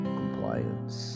compliance